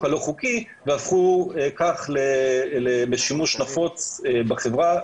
הלא חוקי והפכו כך בשימוש נפוץ בחברה,